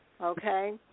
Okay